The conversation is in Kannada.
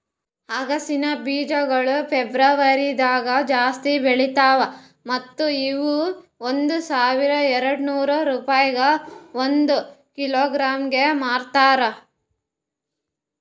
ಅಗಸಿ ಬೀಜಗೊಳ್ ಫೆಬ್ರುವರಿದಾಗ್ ಜಾಸ್ತಿ ಬೆಳಿತಾವ್ ಮತ್ತ ಇವು ಒಂದ್ ಸಾವಿರ ಎರಡನೂರು ರೂಪಾಯಿಗ್ ಒಂದ್ ಕಿಲೋಗ್ರಾಂಗೆ ಮಾರ್ತಾರ